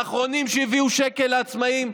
האחרונים שהביאו שקל לעצמאים,